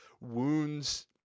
wounds